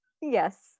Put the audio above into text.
Yes